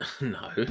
No